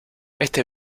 este